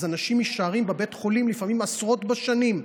אז אנשים נשארים בבית חולים לפעמים עשרות בשנים.